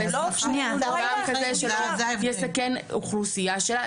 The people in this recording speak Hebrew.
זה לא שהוא לא היה --- זה יסכן את האוכלוסייה שלה,